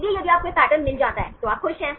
इसलिए यदि आपको यह पैटर्न मिल जाता है तो आप खुश हैं